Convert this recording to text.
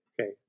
Okay